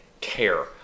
care